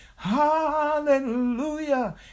Hallelujah